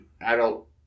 adult